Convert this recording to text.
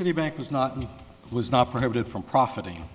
citibank was not and was not prohibited from profiting